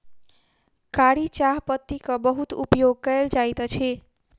कारी चाह पत्तीक बहुत उपयोग कयल जाइत अछि